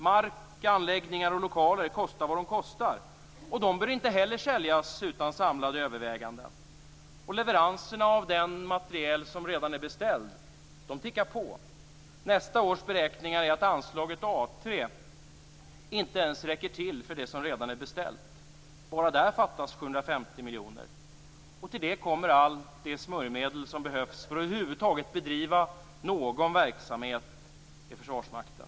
Mark, anläggningar och lokaler kostar vad de kostar, och de bör inte säljas utan samlade överväganden. Och leveranserna av den materiel som redan är beställd tickar på. Nästa års beräkningar är att anslaget A3 inte ens räcker till för det som redan är beställt. Bara där fattas 750 miljoner. Till det kommer allt det smörjmedel som behövs för att över huvud taget bedriva någon verksamhet i Försvarsmakten.